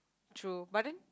true but then